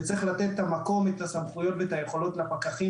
ויש לתת המקום והסמכויות והיכולות לפקחים